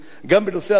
גם בנושא הבנייה,